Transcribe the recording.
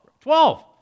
twelve